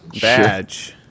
Badge